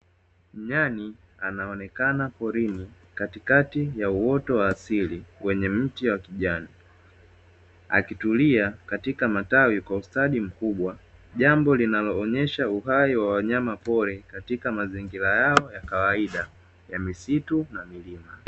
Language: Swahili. Nyani anaonekana porini katikati ya uoto wa asili kwenye mti wa kijani, akitulia katika matawi kwa ustadi mkubwa jambo linaloonyesha uhai wa wanyama pori katika mazingira yao ya kawaida ya misitu na milima.